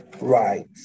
Right